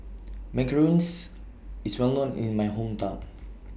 Macarons IS Well known in My Hometown